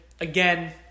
Again